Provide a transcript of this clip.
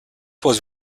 was